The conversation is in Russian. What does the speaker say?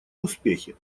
успехе